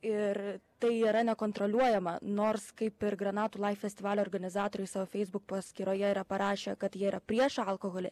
ir tai yra nekontroliuojama nors kaip ir granatų laif festivalio organizatoriui savo facebook paskyroje yra parašę kad jie yra prieš alkoholį